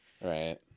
Right